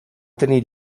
tenir